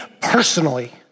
personally